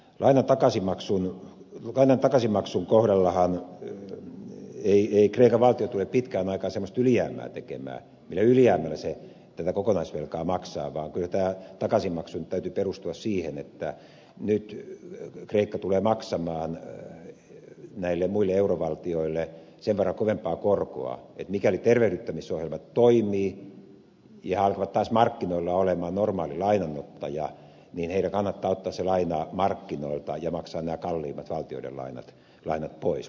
lainan takaisinmaksun kohdallahan kreikan valtio ei tule pitkään aikaan semmoista ylijäämää tekemään millä se tätä kokonaisvelkaa maksaa vaan kyllä takaisinmaksun täytyy perustua siihen että nyt kreikka tulee maksamaan näille muille eurovaltioille sen verran kovempaa korkoa että mikäli tervehdyttämisohjelmat toimivat ja he alkavat taas markkinoilla olemaan normaali lainanottaja niin heidän kannattaa ottaa se laina markkinoilta ja maksaa nämä kalliimmat valtioiden lainat pois